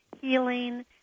healing